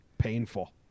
painful